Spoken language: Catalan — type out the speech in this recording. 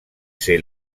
ser